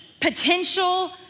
potential